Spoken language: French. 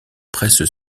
presse